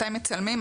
מתי מצלמים,